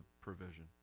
provision